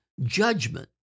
judgment